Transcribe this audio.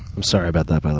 i'm sorry about that,